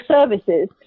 services